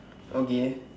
okay